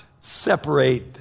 separate